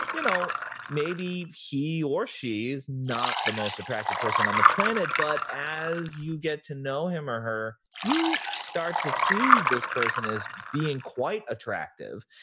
you know maybe he or she is not the most attractive person on the planet, but as you get to know him or her, you start see this person as being quite attractive.